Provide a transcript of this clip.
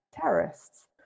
terrorists